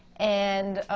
and